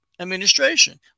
Administration